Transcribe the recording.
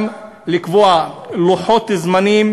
גם לקבוע לוחות זמנים